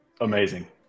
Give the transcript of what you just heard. amazing